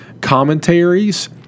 commentaries